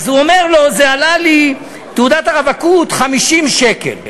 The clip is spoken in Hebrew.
הוא אומר לו: תעודת הרווקות עלתה לי 50 שקל.